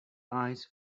eyes